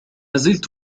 زلت